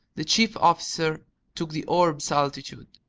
the chief officer took the orb's altitude.